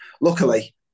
Luckily